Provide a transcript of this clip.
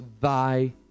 thy